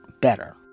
better